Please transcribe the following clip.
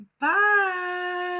Bye